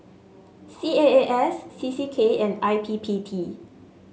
C A A S C C K and I P P T